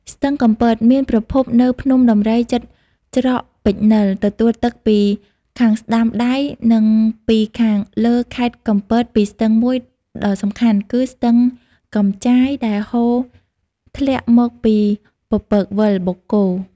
ស្ទឹងកំពត មានប្រភពនៅភ្នំដំរីជិតច្រកពេជ្រនិល ទទួលទឹកពីខាងស្តាំដៃ និងពីខាងលើខេត្តកំពតពីស្ទឹងមួយដ៏សំខាន់គឺ ស្ទឹងកំចាយ ដែលហូរធ្លាក់មកពីពពកវិល (បូកគោ)។